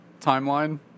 timeline